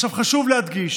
עכשיו, חשוב להדגיש,